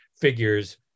figures